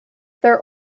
their